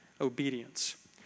obedience